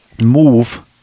move